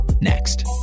next